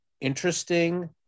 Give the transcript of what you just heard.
interesting